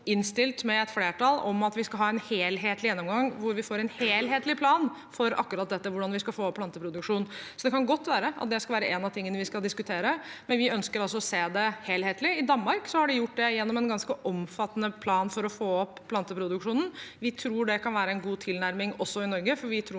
har et flertall innstilt på at vi skal ha en helhetlig gjennomgang, hvor vi får en helhetlig plan for hvordan vi skal få opp planteproduksjonen. Det kan godt være at det bør være noe av det vi skal diskutere, men vi ønsker altså å se det helhetlig. I Danmark har de gjort det gjennom en ganske omfattende plan for å få opp planteproduksjonen. Vi tror det kan være en god tilnærming også i Norge, for vi trenger